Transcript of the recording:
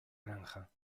granja